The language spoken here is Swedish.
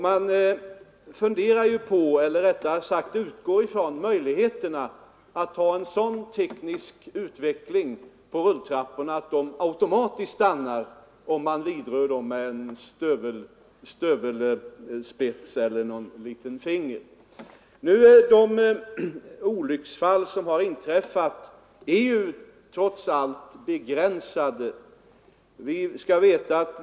Man utgår härvid ifrån möjligheterna att tekniskt utveckla rulltrapporna så att de automatiskt stannar om de vidrörs av en stövelspets eller ett finger på sådant sätt att det kan uppstå fara. Antalet inträffade olycksfall är trots allt begränsat.